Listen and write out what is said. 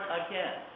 again